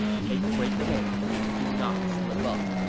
take great care and do not slip up.